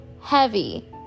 heavy